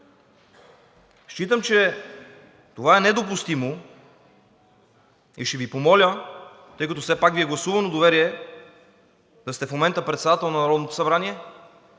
Считам, че това е недопустимо, и ще Ви помоля, тъй като все пак Ви е гласувано доверие да сте в момента председател на Народното събрание,